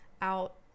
out